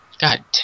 God